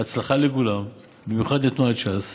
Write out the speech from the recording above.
הצלחה לכולם, במיוחד לתנועת ש"ס.